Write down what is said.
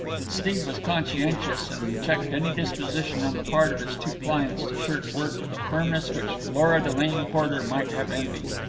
but steve was conscientious and checked any disposition on the part of his two clients to shirk work with a firmness which lora delane porter might have envied.